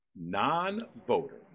non-voter